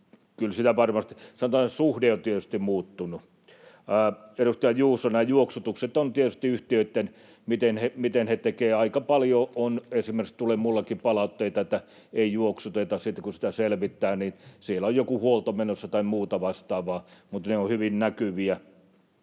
kyllä varmasti suhde on tietysti muuttunut. Edustaja Juuso: nämä juoksutukset on tietysti yhtiöitten asia, miten he tekevät. Aika paljon esimerkiksi tulee minullekin palautteita, että ei juoksuteta, ja sitten kun sitä selvittää, niin siellä on joku huolto menossa tai muuta vastaavaa, mutta ne on hyvin näkyviä.